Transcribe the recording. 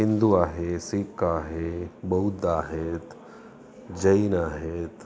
हिंदू आहे शिख आहे बौद्ध आहेत जैन आहेत